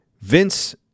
Vince